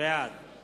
בעד